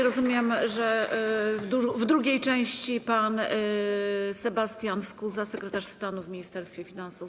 Rozumiem, że w drugiej części pan Sebastian Skuza, sekretarz stanu w Ministerstwie Finansów.